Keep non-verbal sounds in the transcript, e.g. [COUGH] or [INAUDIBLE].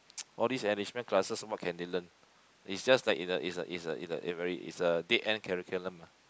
[NOISE] all these enrichment classes what can they learn it's just that like is a is a is a is very is a dead end curriculum lah